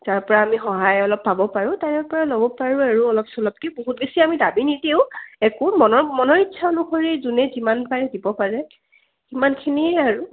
যাৰপৰা আমি সহায় অলপ পাব পাৰোঁ তাৰেপৰা ল'ব পাৰোঁ আৰু অলপ চলপকৈ বহুত বেছি আমি দাবী নিদিও একো মনৰ মনৰ ইচ্ছা অনুসৰি যোনে যিমান পাৰে দিব পাৰে সিমানখিনিয়ে আৰু